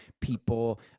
people